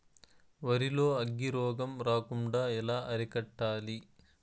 వరి లో అగ్గి రోగం రాకుండా ఎలా అరికట్టాలి?